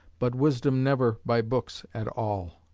but wisdom never by books at all,